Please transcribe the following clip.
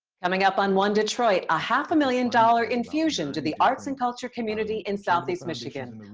coming up on one detroit a half a million dollar infusion, to the arts and culture community in southeast michigan.